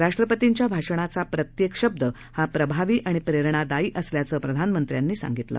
राष्ट्रपर्तीच्याभाषणाचाप्रत्येकशब्दहाप्रभावीआणिप्रेरणादायीअसल्याचंप्रधानमंत्र्यांनी सांगितलं